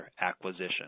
acquisition